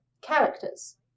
characters